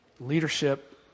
leadership